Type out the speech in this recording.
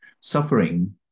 Suffering